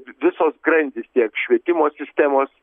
visos grandys tiek švietimo sistemos